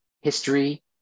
history